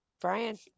Brian